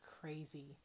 crazy